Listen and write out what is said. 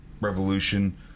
Revolution